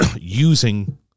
using